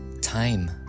time